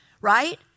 right